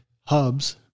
Hubs